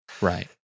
Right